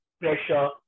pressure